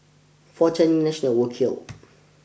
four nationals were killed